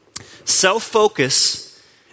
Self-focus